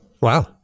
Wow